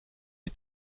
que